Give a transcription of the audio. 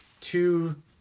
two